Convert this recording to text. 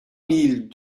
mille